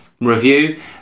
review